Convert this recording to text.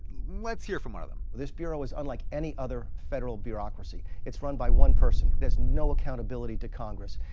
let's hear from one of them this bureau is unlike any other federal bureaucracy. it's run by one person. it has no accountability to congress.